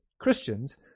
Christians